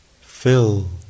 fill